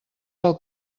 pel